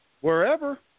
Wherever